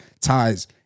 ties